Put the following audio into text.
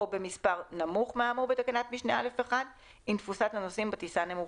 או במספר נמוך מהאמור בתקנת משנה (א1) אם תפוסת הנוסעים בטיסה נמוכה,